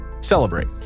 celebrate